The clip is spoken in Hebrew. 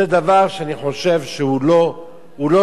זה דבר שאני חושב שהוא לא טוב.